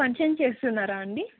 function చేస్తున్నారా అండి